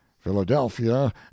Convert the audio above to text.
Philadelphia